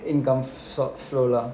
income sort of flow lah